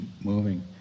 moving